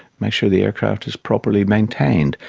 make sure the aircraft is properly maintained,